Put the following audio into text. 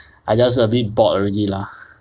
I just a bit bored already lah